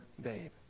babe